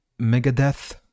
Megadeth